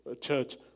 church